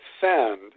send